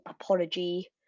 apology